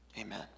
Amen